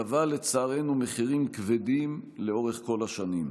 גבה לצערנו מחירים כבדים לאורך כל השנים.